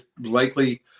likely